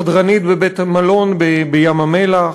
חדרנית בבית-מלון בים-המלח,